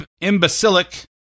imbecilic